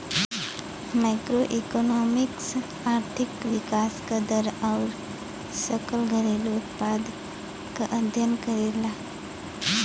macroeconomics आर्थिक विकास क दर आउर सकल घरेलू उत्पाद क अध्ययन करला